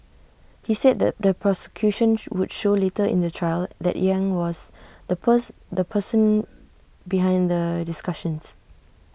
he said the the prosecution would show later in the trial that yang was the the person behind the discussions